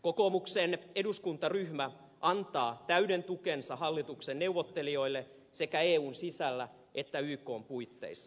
kokoomuksen eduskuntaryhmä antaa täyden tukensa hallituksen neuvottelijoille sekä eun sisällä että ykn puitteissa